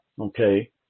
okay